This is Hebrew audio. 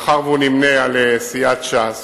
מאחר שהוא נמנה עם חברי סיעת ש"ס,